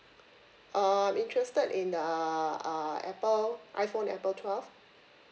uh I'm interested in the uh apple iphone Apple twelve